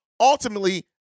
Ultimately